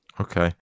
Okay